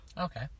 Okay